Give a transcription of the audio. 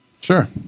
Sure